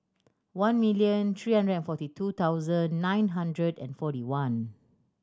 one million three hundred and forty two thousand nine hundred and forty one